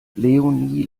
leonie